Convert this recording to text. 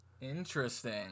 Interesting